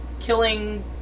killing